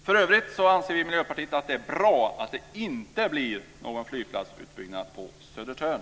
För övrigt anser vi i Miljöpartiet att det är bra att det inte blir någon flygplatsutbyggnad på Södertörn.